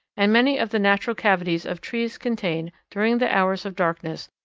and many of the natural cavities of trees contain, during the hours of darkness,